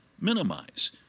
minimize